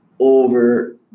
over